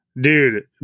Dude